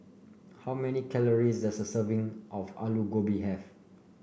how many calories does a serving of Alu Gobi have